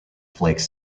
flakes